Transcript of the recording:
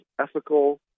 ethical